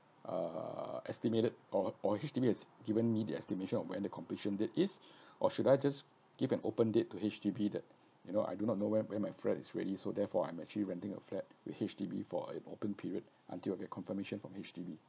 uh estimated or or H_D_B has given me the estimation of when the completion date is or should I just give an open date to H_D_B that you know I do not know when when my flat is really so therefore I'm actually renting a flat with H_D_B for a open period until a confirmation from H_D_B